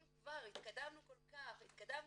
אם כבר התקדמתם כל כך, בבקשה,